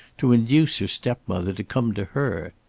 to induce her step-mother to come to her.